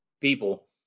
people